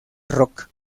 rock